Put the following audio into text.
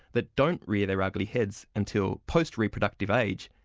that don't rear their ugly heads until post-reproductive age,